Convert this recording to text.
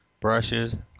brushes